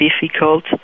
difficult